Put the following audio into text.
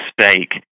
mistake